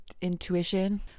intuition